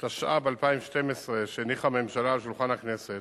התשע"ב 2012, שהניחה הממשלה על שולחן הכנסת,